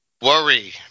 worry